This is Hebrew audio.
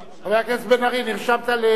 חבר הכנסת בן-ארי, נרשמת.